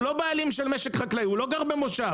הוא לא הבעלים של משק חקלאי, הוא לא חלק ממושב.